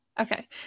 Okay